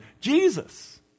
Jesus